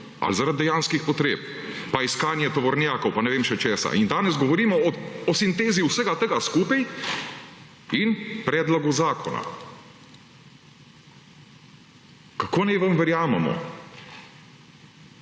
ali zaradi dejanskih potreb? Pa iskanje tovornjakov in ne vem še česa. In danes govorimo o sintezi vsega tega skupaj in predlogu zakona. Kako naj vam verjamemo?